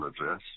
address